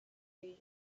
region